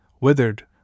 withered